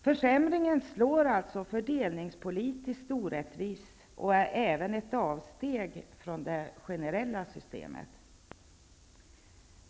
Försämringen slår alltså fördelningspolitiskt orättvist och är även ett avsteg från det generella systemet.